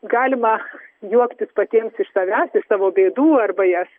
galima juoktis patiems iš savęs iš savo bėdų arba jas